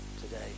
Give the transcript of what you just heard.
today